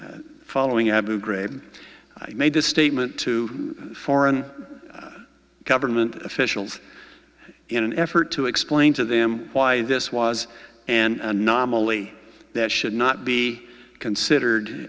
following abu ghraib i made this statement to foreign government officials in an effort to explain to them why this was an anomaly that should not be considered